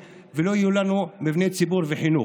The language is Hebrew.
לא יהיו לנו שכונות לחיילים משוחררים ולא יהיו לנו מבני ציבור וחינוך.